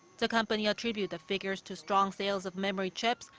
the company attributed the figures to strong sales of memory chips.